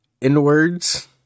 inwards